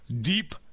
deep